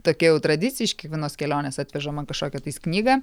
tokia jau tradicija iš kiekvienos kelionės atveža man kažkokią tais knygą